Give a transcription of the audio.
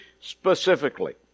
specifically